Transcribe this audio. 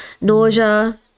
nausea